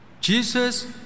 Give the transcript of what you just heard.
Jesus